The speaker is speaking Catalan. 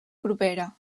propera